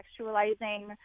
contextualizing